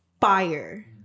fire